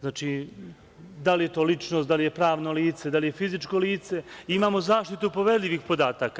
Znači, da li je to ličnost, da li je pravno lice, da li je fizičko lice, imamo zaštitu poverljivih podataka.